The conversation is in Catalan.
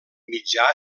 mitjà